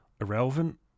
irrelevant